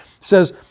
says